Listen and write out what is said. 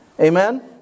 Amen